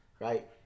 right